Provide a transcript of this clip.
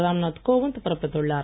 ராம் நாத் கோவிந்த் பிறப்பித்துள்ளார்